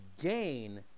gain